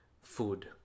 food